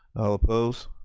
all opposed.